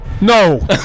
No